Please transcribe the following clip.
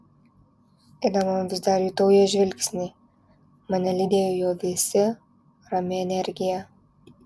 eidama vis dar jutau jo žvilgsnį mane lydėjo jo vėsi rami energija